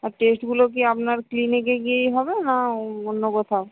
আর টেস্টগুলো কি আপনার ক্লিনিকে গিয়েই হবে না অন্য কোথাও